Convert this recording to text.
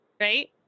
right